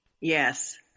Yes